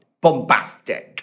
bombastic